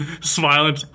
smiling